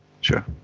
Sure